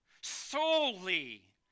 solely